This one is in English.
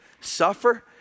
suffer